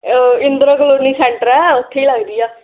Indira colony centre ਹੈ ਉੱਥੇ ਹੀ ਲੱਗਦੀ ਆ